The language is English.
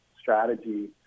strategy